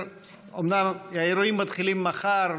אומנם האירועים מתחילים מחר,